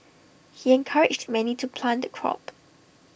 he encouraged many to plant the crop